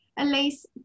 Elise